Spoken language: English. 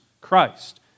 Christ